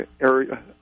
area